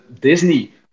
Disney